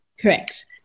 correct